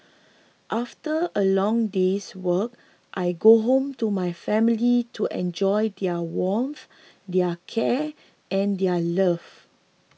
after a long day's work I go home to my family to enjoy their warmth their care and their love